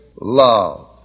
love